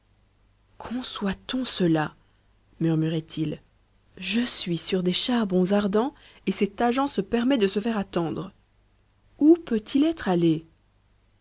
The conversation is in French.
conçoit-on cela murmurait-il je suis sur des charbons ardents et cet agent se permet de se faire attendre où peut-il être allé